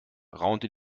raunte